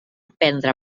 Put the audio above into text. prendre